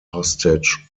hostage